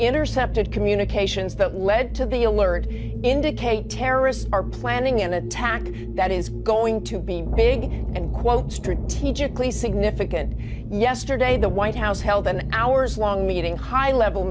intercepted communications that led to the alert indicate terrorists are planning an attack that is going to be big and quote strategically significant yesterday the white house held then hours long meeting high level